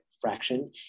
fraction